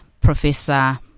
Professor